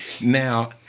Now –